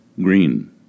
Green